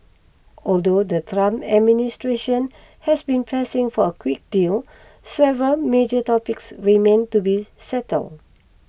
although the Trump administration has been pressing for a quick deal several major topics remain to be settled